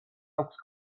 აქვს